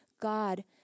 God